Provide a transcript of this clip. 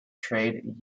trade